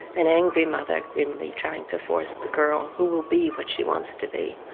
an angry mother grimly trying to force the girl who will be what she wants to be.